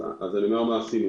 אז אני אומר מה עשינו.